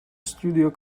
studio